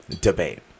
debate